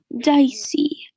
dicey